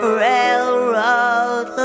railroad